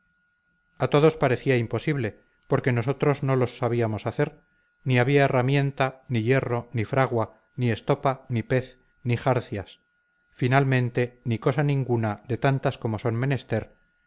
a todos parecía imposible porque nosotros no los sabíamos hacer ni había herramienta ni hierro ni fragua ni estopa ni pez ni jarcias finalmente ni cosa ninguna de tantas como son menester